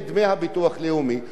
זה כאילו הוא נמצא פה.